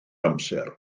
amser